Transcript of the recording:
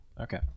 Okay